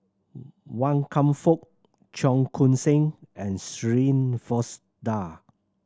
Wan Kam Fook Cheong Koon Seng and Shirin Fozdar